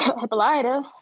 Hippolyta